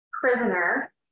prisoner